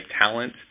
talent